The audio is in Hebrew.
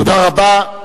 תודה רבה.